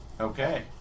Okay